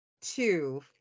two